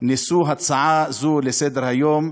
של הצעה זו לסדר-היום,